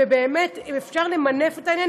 ובאמת אפשר למנף את העניין,